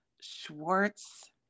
Schwartz